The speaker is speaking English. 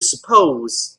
suppose